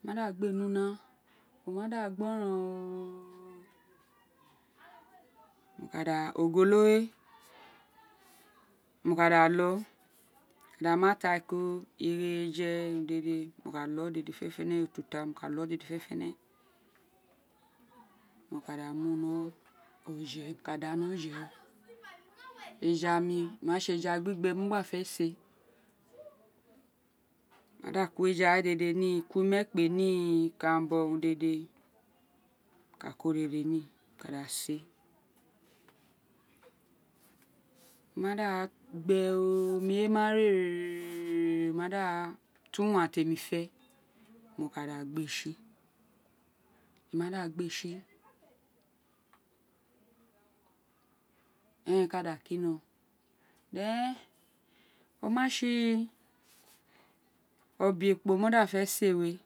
Wo ma da gbe ni una oma da gboron oooo na ka da ogolo we mo ka da oo mo ka da mi etiako irereje urun dede mo ka da loo dede fenefene tuta mo ka loo dede bi urun dede fenefene mo ka da ni oje we eja mi oma ti eja gbi gbe mo gba fe si ee mo ma da ko eja dede ni ko ime kpe ni ikanbo ni mo ka ko dede ni mo ka ko dede ni mo ka da si ee o ma da kpe ooo omi we ma re mo ma da to uwan temi fe mo ka da gbi ee tsi mo ma da gbe tsi eren ka da kino o ma tsi obe ekpo wo da fe si ee oo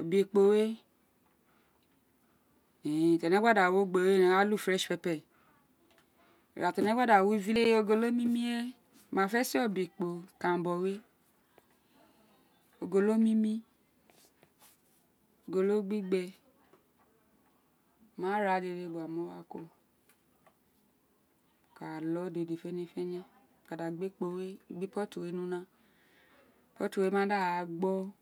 obe ekpo we ti ene gba we ogbe we ene wa lo fresh pepper ira ti ene gba da ogolo mi mi ren si ee obe ekpo ikaranbi we ogolo mi mi ogolo gbi gbe ona ra dede gba munu wa kuro mo ka loo dede fenefene mo ka da gbi ekpo we gbi potti ni una potti we ma da a gbo ira ti ene gba wi katu ni yon we o ni ge mo ma fe si ee urun we tsi tsi ira eten we mo ka si ee run gba ta mo ka si ee run gba ta banga soup pi we emi ma fe si ee no oma tsi eja gbigbe mo gba fe si ee emi ma re obon gba ra eyen we dede ra eja ti mo gba fe si ee dede kuro mo wa gbe wa ni iloli mo loa reri gba koko una ono wa gin eyen we dede mo wa gbe ni una mo ma da gboron ooo mo ka da gbe tsi mo ka fo eyi ma fo mo ma da fofo fofo omi temi ma da fe kuro gba da gi potti we kuro mo ka da yo emi ma yo mo ka mu ni potti omiren mo ka gbe ni una